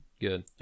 good